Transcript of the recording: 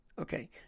okay